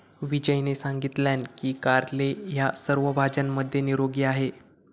विजयने सांगितलान की कारले ह्या सर्व भाज्यांमध्ये निरोगी आहे